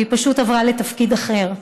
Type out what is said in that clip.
והיא פשוט עברה לתפקיד אחר.